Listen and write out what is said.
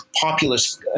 populist